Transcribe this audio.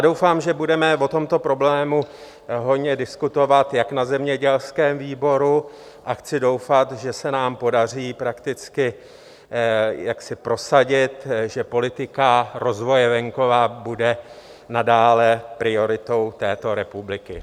Doufám, že budeme o tomto problému hojně diskutovat jak na zemědělském výboru, a chci doufat, že se nám podaří prakticky jaksi prosadit, že politika rozvoje venkova bude nadále prioritou této republiky.